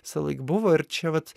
visąlaik buvo ir čia vat